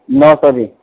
نو سو کی